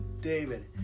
David